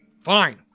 Fine